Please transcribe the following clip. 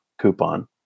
coupon